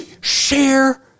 Share